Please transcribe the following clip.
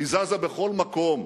היא זזה בכל מקום.